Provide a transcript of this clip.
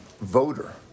voter